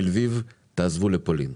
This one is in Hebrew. מלביב תעזבו לפולין.